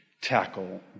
tackle